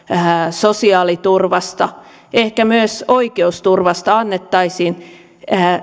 sosiaaliturvasta ehkä myös oikeusturvasta annettaisiin